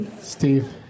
Steve